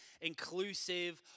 inclusive